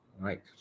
Right